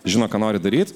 žino ką nori daryt